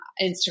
instagram